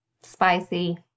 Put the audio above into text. spicy